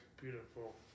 beautiful